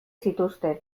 zituzten